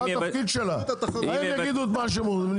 --- את התפקיד הבא שלך, לא משהו אחר.